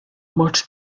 much